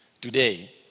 today